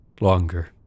longer